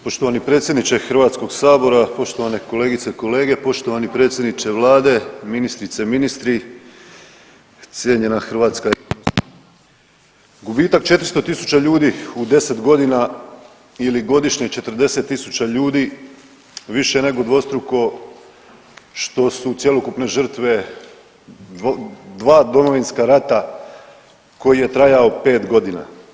Poštovani predsjedniče Hrvatskog sabora, poštovane kolegice i kolege, poštovani predsjedniče vlade, ministrice, ministri, cijenjena Hrvatska, gubitak 400.000 ljudi u 10 godina ili godišnje 40.000 ljudi više je nego dvostruko što su cjelokupne žrtve 2 Domovinska rata koji je trajao 5 godina.